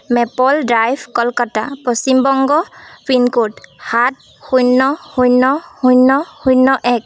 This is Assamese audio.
maple Drive Kolkata Paschim Banga pincode সাত শূন্য শূন্য শূন্য শূন্য এক